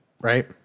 right